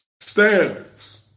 standards